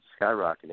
skyrocketing